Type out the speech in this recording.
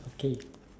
okay